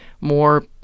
more